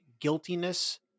Guiltiness